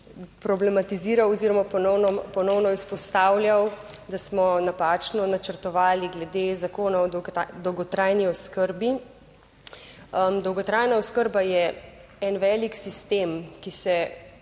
problematiziral oziroma ponovno izpostavljal, da smo napačno načrtovali glede Zakona o dolgotrajni oskrbi. Dolgotrajna oskrba je en velik sistem, ki se